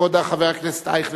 כבוד חבר הכנסת אייכלר,